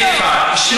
גם אני לא רוצה.